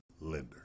lender